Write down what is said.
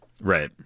right